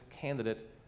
candidate